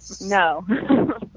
no